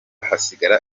hasigara